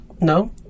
No